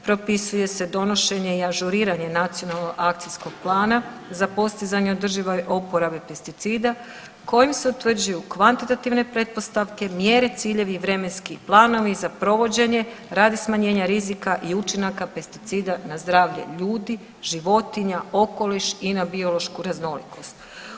Propisuje se donošenje i ažuriranje Nacionalnog akcijskog plana za postizanje održive oporabe pesticida kojim se utvrđuju kvantitativne pretpostavke, mjere, ciljevi i vremenski planovi za provođenje radi smanjenja rizika i učinaka pesticida na zdravlje ljudi, životinja, okoliš i na biološku raznolikost.